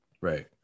Right